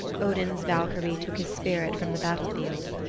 odin's valkyrie took his spirit from the battlefield.